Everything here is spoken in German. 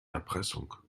erpressung